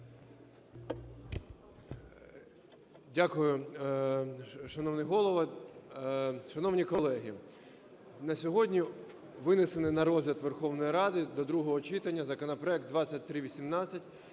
Дякую, шановний Голово. Шановні колеги, на сьогодні винесений на розгляд Верховної Ради до другого читання законопроект 2318-1,